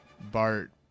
Bart